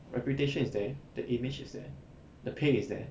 reputation is there the image is the pay is there